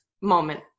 moment